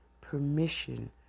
permission